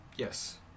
Yes